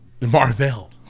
Marvel